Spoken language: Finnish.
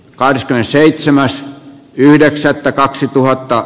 kahdeskymmenesseitsemäs yhdeksättä kaksituhatta